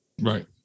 Right